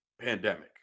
pandemic